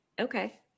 Okay